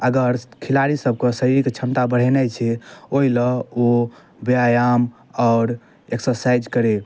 अगर खिलाड़ी सबके शरीरके क्षमता बढ़ेनाइ छै ओहि लए ओ व्यायाम आओर एक्सर्सायज करै